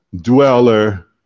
dweller